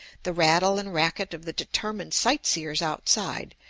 the rattle and racket of the determined sight-seers outside,